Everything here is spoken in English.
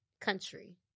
country